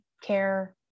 care